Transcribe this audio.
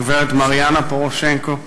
הגברת מריאנה פורושנקו,